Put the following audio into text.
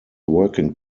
working